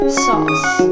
sauce